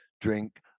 drink